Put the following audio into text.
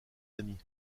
amis